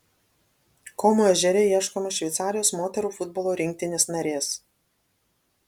komo ežere ieškoma šveicarijos moterų futbolo rinktinės narės